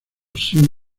sin